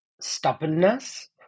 Stubbornness